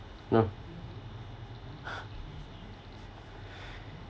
no